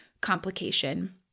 complication